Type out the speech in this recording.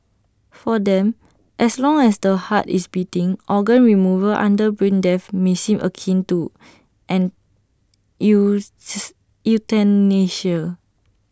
for them as long as the heart is beating organ removal under brain death may seem akin to euthanasia